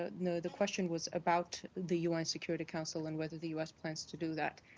ah no, the question was about the un security council and whether the u s. plans to do that,